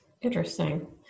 Interesting